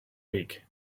week